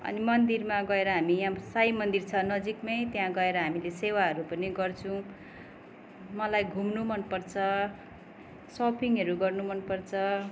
अनि मन्दिरमा गएर हामी यहाँ साई मन्दिर छ नजिकमै त्यहाँ गएर हामीले सेवाहरू पनि गर्छौँ मलाई घुम्नु मन पर्छ सपिङहरू गर्नु मन पर्छ